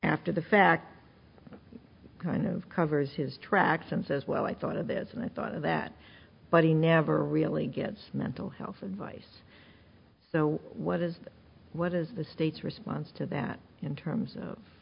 after the fact kind of covers his tracks and says well i thought of this and i thought that but he never really gets mental health advice so what is what is the state's response to that in terms of